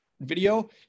video